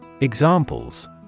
Examples